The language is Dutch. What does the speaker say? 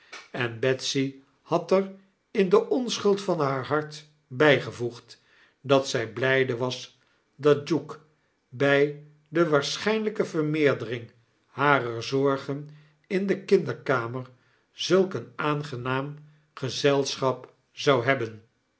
en betsy had er in de onschuld van haar hart bygevoegd dat zij blijde was dat duke by de waarschijnlijke vermeerdering harer zorgen in de kinderkanier zulk een aangenaam gezelschap zou hebben